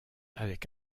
avec